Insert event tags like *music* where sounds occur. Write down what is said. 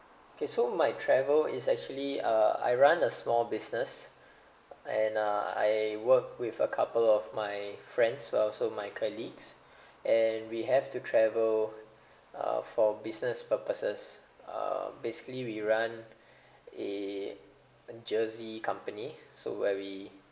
okay so my travel is actually uh I run a small business and uh I work with a couple of my friends well also my colleagues *breath* and we have to travel uh for business purposes uh basically we run *breath* a jersey company so where we